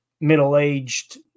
middle-aged